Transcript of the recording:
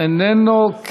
איננו.